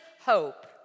hope